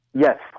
Yes